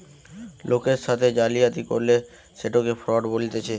লোকের সাথে জালিয়াতি করলে সেটকে ফ্রড বলতিছে